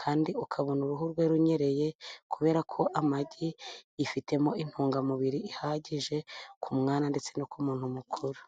kandi ukabona uruhu rwe runyereye, kubera ko amagi yifitemo intungamubiri ihagije ku mwana, ndetse no ku muntu mukuru.